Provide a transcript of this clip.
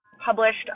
published